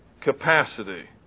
capacity